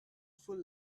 fool